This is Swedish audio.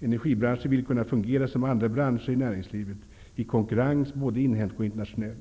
Energibranschen vill kunna fungera som andra branscher i näringslivet, i konkurrens, både inhemsk och internationell.